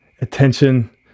attention